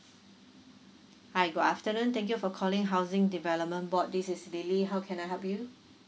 hi good afternoon thank you for calling housing development board this is lily how can I help you